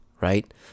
right